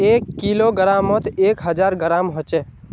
एक किलोग्रमोत एक हजार ग्राम होचे